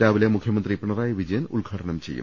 രാവിലെ മുഖ്യമന്ത്രി പിണറായി വിജയൻ ഉദ്ഘാടനം ചെയ്യും